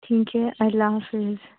ٹھیک ہے اللہ حافظ